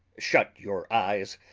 shut your eyes,